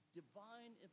divine